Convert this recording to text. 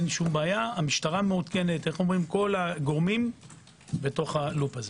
המשטרה מעודכנת, כל הגורמים - בתוך הלופ הזה.